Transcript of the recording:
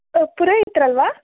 ಪುರೋಹಿತ್ರು ಅಲ್ಲವಾ